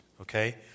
Okay